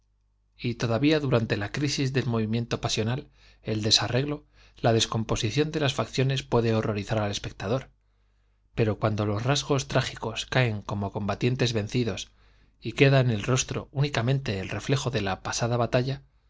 y todavía durante la crisis del movimiento pasional el desarreglo la descomposición de las fac ciones puede horrorizar al espectador pero cuando los rasgos trágicos caen como combatientes vencidos y queda en el rostro únicamente el reflejo de la pasada batalla